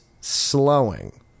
slowing